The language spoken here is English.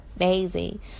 amazing